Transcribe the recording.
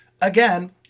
again